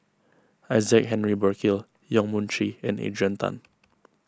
Isaac Henry Burkill Yong Mun Chee and Adrian Tan